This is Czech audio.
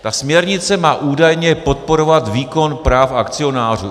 Ta směrnice má údajně podporovat výkon práv akcionářů.